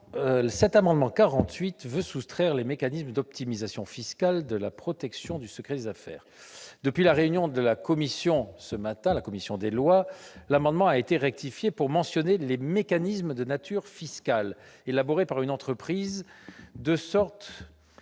? L'amendement n° 48 tendait à soustraire les mécanismes d'optimisation fiscale de la protection du secret des affaires. Depuis la réunion, ce matin, de la commission des lois, cet amendement a été rectifié pour mentionner les mécanismes de nature fiscale élaborés par une entreprise, de sorte